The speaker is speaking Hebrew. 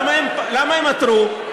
למה הם עתרו?